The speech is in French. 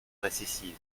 récessive